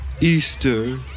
Easter